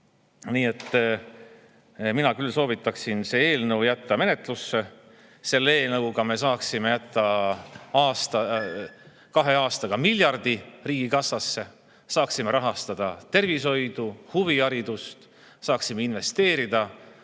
Mina küll soovitan selle eelnõu jätta menetlusse. Selle eelnõu kohaselt me saaksime jätta kahe aasta jooksul miljardi riigikassasse, saaksime rahastada tervishoidu, huviharidust, saaksime investeerida